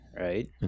right